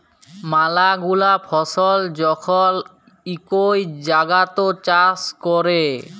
ম্যালা গুলা ফসল যখল ইকই জাগাত চাষ ক্যরে